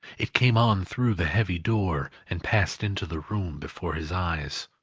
it came on through the heavy door, and passed into the room before his eyes.